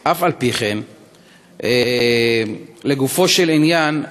אף-על-פי-כן, לגופו של עניין,